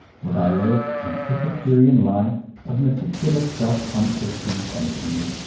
that i live an epicurean life of meticulously self-conscious sensations,